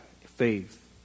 faith